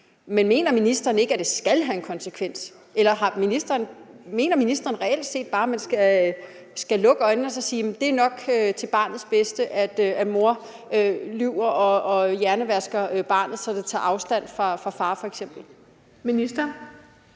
Men mener ministeren ikke, at det skal have en konsekvens? Eller mener ministeren reelt set bare, at man skal lukke øjnene og så sige, at det nok er til barnets bedste, at moren f.eks. lyver og hjernevasker barnet, så det tager afstand fra faren? Kl. 13:24 Den